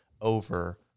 over